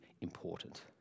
important